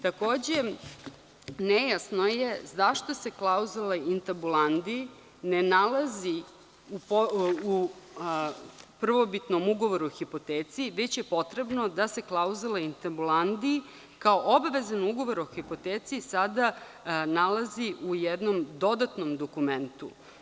Takođe, nejasno je zašto se klauzula intabulandi ne nalazi u prvobitnom ugovoru o hipoteci, već je potrebno da se klauzula intabulandi, kao obavezan ugovor o hipoteci, sada nalazi u jednom dodatnom dokumentu.